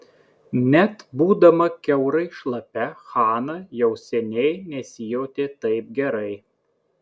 net būdama kiaurai šlapia hana jau seniai nesijautė taip gerai